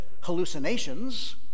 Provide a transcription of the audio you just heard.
hallucinations